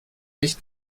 nicht